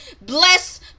Bless